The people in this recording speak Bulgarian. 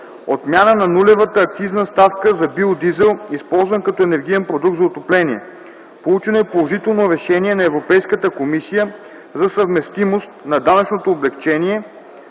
Отмяна на нулевата акцизна ставка за биодизел, използван като енергиен продукт за отопление. Получено е положително решение на Европейската комисия за съвместимост на данъчното облекчение